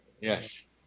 Yes